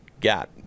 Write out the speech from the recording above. got